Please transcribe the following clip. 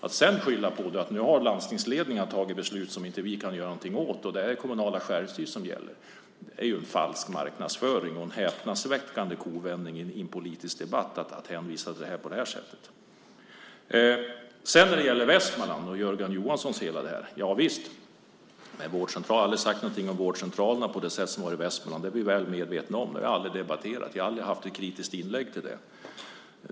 Att sedan skylla på att landstingsledningen har tagit ett beslut som man inte kan göra någonting åt, därför att det är det kommunala självstyret som gäller, är falsk marknadsföring och en häpnadsväckande kovändning i en politisk debatt. När det gäller Västmanlandsmodellen, Jörgen Johansson, har jag aldrig sagt någonting om vårdcentralerna i Västmanland. Det är vi väl medvetna om. Det har jag aldrig debatterat, jag har aldrig haft ett kritiskt inlägg därvidlag.